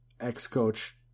ex-coach